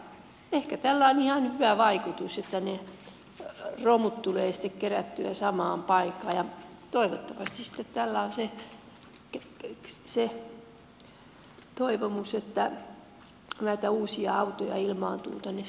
mutta ehkä tällä on ihan hyvä vaikutus että ne romut tulee sitten kerättyä samaan paikkaan ja toivottavasti tällä toteutuu se toivomus että uusia autoja ilmaantuu suomen maanteille